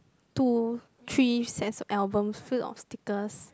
two three sets of albums filled up of stickers